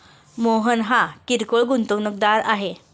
मोहन हा किरकोळ गुंतवणूकदार आहे